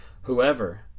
whoever